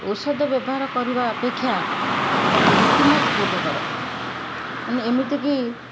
ଔଷଧ ବ୍ୟବହାର କରିବା ଅପେକ୍ଷା ତମେ ରୀତିମତ ଯୋଗ କର ମାନେ ଏମିତିକି